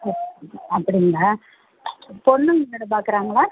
ஆ அப்படிங்களா பொண்ணும் வேலை பார்க்கறாங்களா